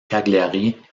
cagliari